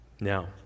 Now